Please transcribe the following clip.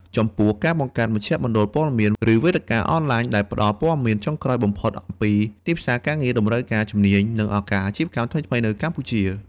ចំពោះការបង្កើតមជ្ឈមណ្ឌលព័ត៌មាន ឬវេទិកាអនឡាញដែលផ្តល់ព័ត៌មានចុងក្រោយបំផុតអំពីទីផ្សារការងារ តម្រូវការជំនាញ និងឱកាសអាជីវកម្មថ្មីៗនៅកម្ពុជា។